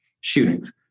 shootings